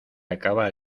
acabar